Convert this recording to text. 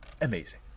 amazing